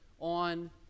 on